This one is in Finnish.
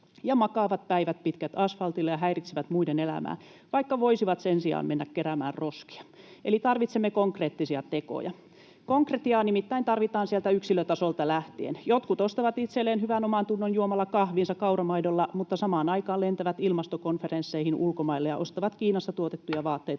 makaavat päivät pitkät asfaltilla ja häiritsevät muiden elämää, vaikka voisivat sen sijaan mennä keräämään roskia. Eli tarvitsemme konkreettisia tekoja. Konkretiaa nimittäin tarvitaan sieltä yksilötasolta lähtien. Jotkut ostavat itselleen hyvän omantunnon juomalla kahvinsa kauramaidolla mutta samaan aikaan lentävät ilmastokonferensseihin ulkomaille ja ostavat Kiinassa tuotettuja vaatteita